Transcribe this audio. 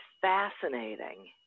fascinating